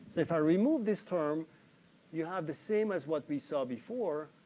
if i remove this term you have the same as what we saw before,